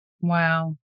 Wow